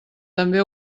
també